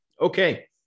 Okay